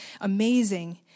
amazing